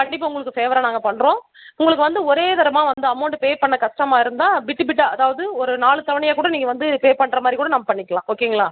கண்டிப்பாக உங்களுக்கு ஃபேவராக நாங்கள் பண்ணுறோம் உங்களுக்கு வந்து ஒரே தரமாக வந்து அமௌன்ட்டு பே பண்ண கஷ்டமாக இருந்தால் பிட்டு பிட்டாக அதாவது ஒரு நாலு தவணையாக கூட நீங்கள் வந்து பே பண்ணுற மாதிரி கூட நம்ம பண்ணிக்கலாம் ஓகேங்களா